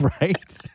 right